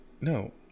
No